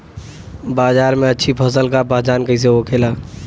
बाजार में अच्छी फसल का पहचान कैसे होखेला?